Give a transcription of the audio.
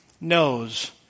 knows